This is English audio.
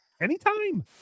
anytime